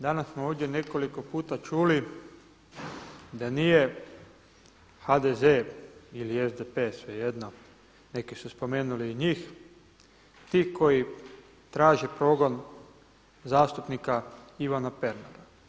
Danas smo ovdje nekoliko puta čuli da nije HDZ ili SDP, svejedno neki su spomenuli i njih ti koji traže progon zastupnika Ivana Pernara.